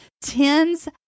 Tens